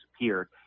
disappeared